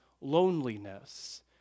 loneliness